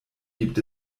gibt